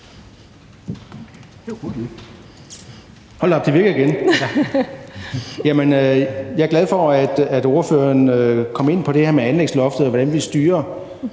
Hold da op, lyden virker igen. Jamen jeg er glad for, at ordføreren kom ind på det her med anlægsloftet og på, hvordan vi styrer